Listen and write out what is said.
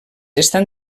estan